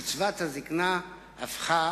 קצבת הזיקנה הפכה